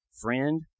Friend